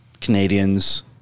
Canadians